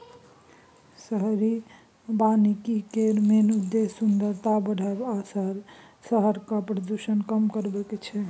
शहरी बनिकी केर मेन उद्देश्य सुंदरता बढ़ाएब आ शहरक प्रदुषण कम करब छै